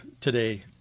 today